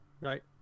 right